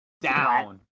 down